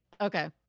Okay